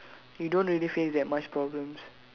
you don't really face that much problems